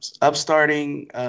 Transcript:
upstarting